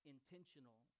intentional